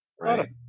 Right